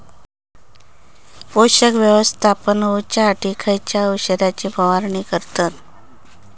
पोषक व्यवस्थापन होऊच्यासाठी खयच्या औषधाची फवारणी करतत?